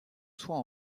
soit